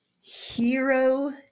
hero